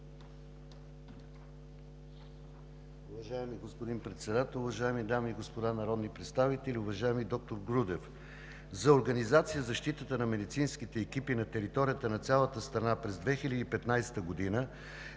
Уважаеми господин Председател, уважаеми дами и господа народни представители! Уважаеми доктор Грудев, за организация защитата на медицинските екипи на територията на цялата страна през 2015 г.